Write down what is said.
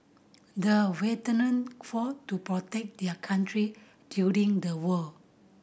the veteran fought to protect their country during the war